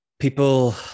people